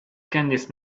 candice